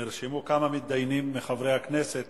נרשמו כמה מתדיינים מחברי הכנסת